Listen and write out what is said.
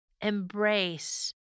embrace